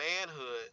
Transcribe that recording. manhood